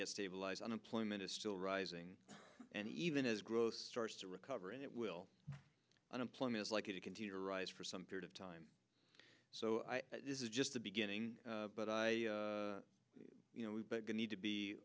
yet stabilized unemployment is still rising and even as growth starts to recover and it will unemployment is likely to continue to rise for some period of time so this is just the beginning but i you know we need to be